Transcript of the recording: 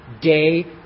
day